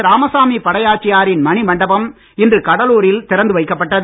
ராமசாமி படையாச்சியாரின் மணிமண்டபம் இன்று கடலூரில் திறந்து வைக்கப்பட்டது